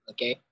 Okay